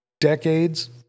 decades